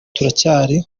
turacyari